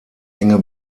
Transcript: enge